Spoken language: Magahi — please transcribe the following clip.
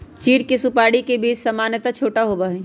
चीड़ के सुपाड़ी के बीज सामन्यतः छोटा होबा हई